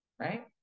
Right